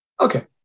Okay